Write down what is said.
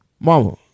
Mama